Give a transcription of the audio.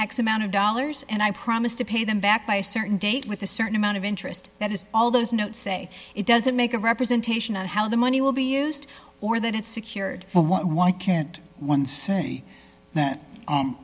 x amount of dollars and i promise to pay them back by a certain date with a certain amount of interest that is all those notes say it doesn't make a representation of how the money will be used or that it's secured why can't one say that